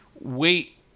wait